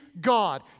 God